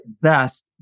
best